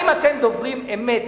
אם אתם דוברים אמת,